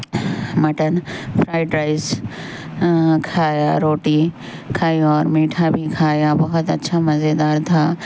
mutton fried rice کھایا روٹی کھائی اور میٹھا بھی کھایا بہت اچھا مزیدار تھا